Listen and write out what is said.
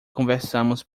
conversamos